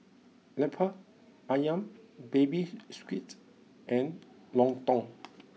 Lemper Ayam baby squid and Lontong